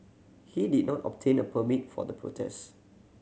he did not obtain a permit for the protests